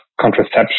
contraception